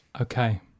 okay